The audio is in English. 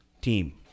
team